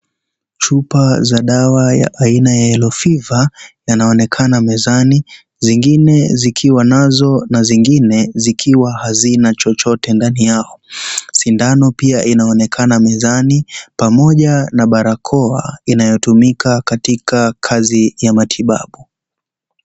Chupa za dawa ya aina ya yellow fever yanaonekana mezani, zingine zikiwa nazo na zingine zikiwa hazina chochote ndani yao. Sindano pia inaonekana mezani pamoja na barakoa inayotumika katika kazi ya matibabu.